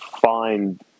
Find